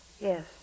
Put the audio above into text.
Yes